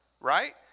right